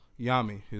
Yami